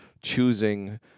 choosing